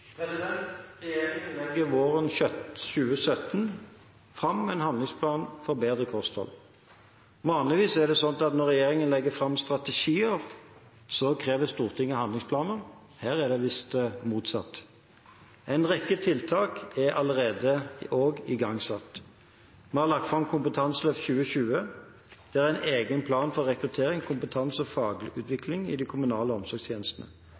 ernæring?» Regjeringen legger våren 2017 fram en handlingsplan for bedre kosthold. Vanligvis er det slik at når regjeringen legger fram strategier, krever Stortinget handlingsplaner. Her er det visst motsatt. En rekke tiltak er igangsatt allerede. Vi har lagt fram Kompetanseløft 2020. Det er en egen plan for rekruttering, kompetanse og fagutvikling i de kommunale omsorgstjenestene.